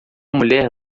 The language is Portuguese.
mulher